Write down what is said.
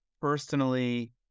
personally